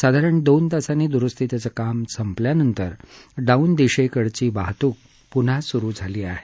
साधारण दोन तासांनी दुरुस्तीचं काम संपल्यानंतर डाऊन दिशेकडची वाहतुक पुन्हा सुरू केली आहे